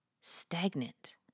stagnant